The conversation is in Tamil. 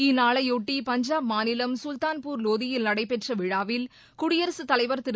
இந்நாளையொட்டி பஞ்சாப் மாநிலம் சுல்தான்பூர் லோதியில் நடைபெற்ற விழாவில் குடியரசுத் தலைவர் திரு